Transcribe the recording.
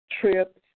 trips